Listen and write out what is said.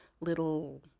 little